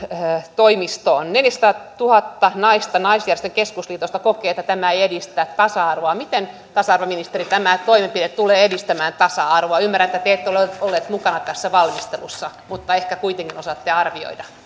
toimistoon neljäsataatuhatta naista naisjärjestöjen keskusliitosta kokee että tämä ei edistä tasa arvoa miten tasa arvoministeri tämä toimenpide tulee edistämään tasa arvoa ymmärrän että te ette ole ollut mukana tässä valmistelussa mutta ehkä kuitenkin osaatte arvioida